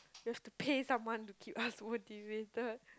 just to pay someone to keep us motivated